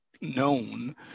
known